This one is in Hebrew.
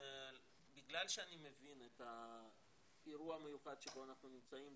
בגלל שאני מבין את האירוע המיוחד שבו אנחנו נמצאים,